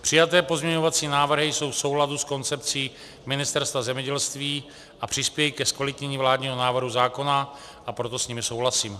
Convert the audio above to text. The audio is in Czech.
Přijaté pozměňovací návrhy jsou v souladu s koncepcí Ministerstva zemědělství a přispějí ke zkvalitnění vládního návrhu zákona, a proto s nimi souhlasím.